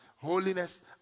holiness